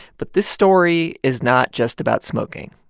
but this story is not just about smoking.